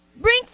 Bring